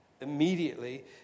Immediately